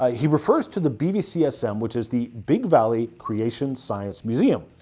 ah he refers to the bvcsm which is the big valley creation science museum,